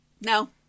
No